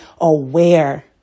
aware